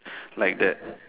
like that